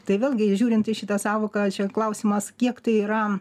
tai vėlgi žiūrint į šitą sąvoką čia klausimas kiek tai yra